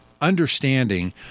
understanding